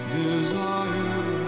desire